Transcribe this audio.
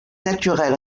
naturel